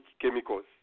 chemicals